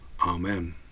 Amen